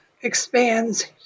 expands